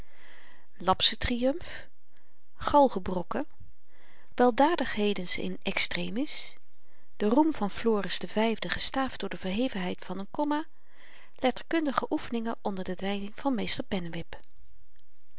biologie lapsen triumf galgebrokken weldadighedens in extremis de roem van floris v gestaafd door de verhevenheid van'n komma letterkundige oefeningen onder de leiding van meester pennewip